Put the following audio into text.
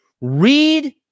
read